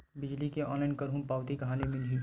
बिजली के ऑनलाइन करहु पावती कहां ले मिलही?